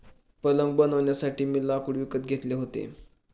पलंग बनवण्यासाठी मी लाकूड विकत घेतले होते